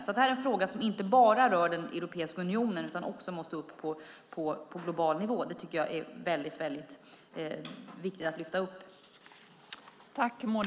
Det här är alltså en fråga som inte bara rör Europeiska unionen utan också måste upp på global nivå. Det tycker jag är viktigt att lyfta upp.